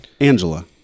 Angela